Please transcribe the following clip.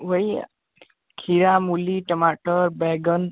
वही खीरा मूली टमाटर बैंगन